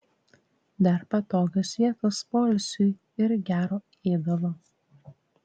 dar patogios vietos poilsiui ir gero ėdalo